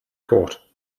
court